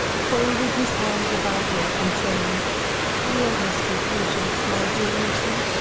folded his arms about her, and saying let us be patient, my dear lucy,